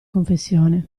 confessione